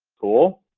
cool.